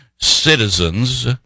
citizens